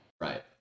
Right